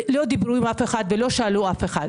לא דיברו עם אף אחד ולא שאלו אף אחד.